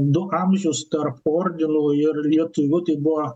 du amžius tarp ordinų ir lietuvių tai buvo